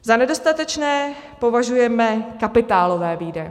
Za nedostatečné považujeme kapitálové výdaje.